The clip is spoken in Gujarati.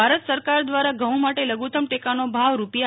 ભારત સરકાર દ્વારા ઘઉં માટે લધુત્તમ ટેકાનો ભાવ રૂા